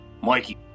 Mikey